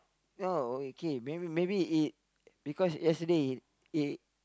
oh okay may maybe it because yesterday it it